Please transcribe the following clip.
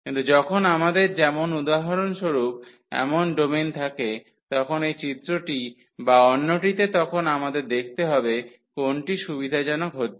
কিন্তু যখন আমাদের যেমন উদাহরণস্বরূপ এমন ডোমেন থাকে তখন এই চিত্রটি বা অন্যটিতে তখন আমাদের দেখতে হবে কোনটি সুবিধাজনক হচ্ছে